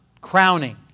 crowning